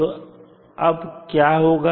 तो अब क्या होगा